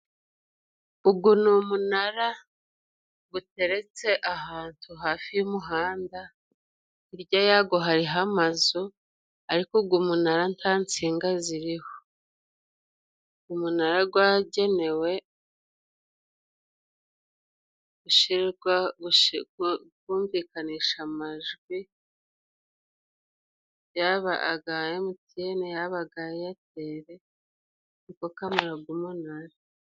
Ugu ni umunara guteretse ahantu hafi y'umuhanda, hirya yago hariho amazu. Ariko ugu munara nta nsinga ziriho ugu munara gwagenewe kumvikanisha amajwi. Yaba aga emutiyene yaba aga eyateri, niko kamaro g'umunara.